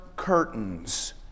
curtains